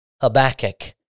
Habakkuk